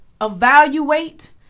evaluate